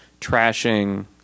trashing